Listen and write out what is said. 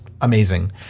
amazing